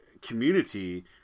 community